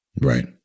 Right